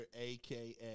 AKA